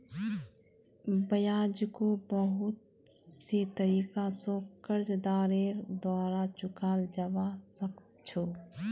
ब्याजको बहुत से तरीका स कर्जदारेर द्वारा चुकाल जबा सक छ